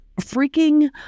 freaking